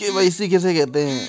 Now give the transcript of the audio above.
KYC किसे कहते हैं?